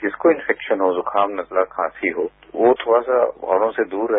जिसको इंफेक्शन और जुकाम नजला या खांसी हो वो थोड़ा सा औरों से दूर रहे